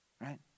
right